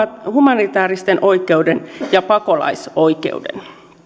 humanitäärisen oikeuden ja pakolaisoikeuden